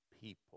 people